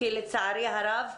כי לצערי הרב,